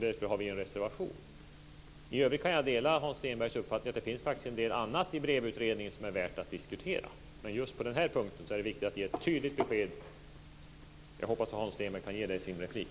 Därför har vi en reservation. I övrigt kan jag dela Hans Stenbergs uppfattning om att det finns en del annat i BREV-utredningen som är värt att diskutera. Men just på den här punkten är det viktigt att ge ett tydligt besked. Jag hoppas att Hans Stenberg kan ge det i sin replik.